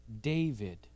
David